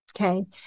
Okay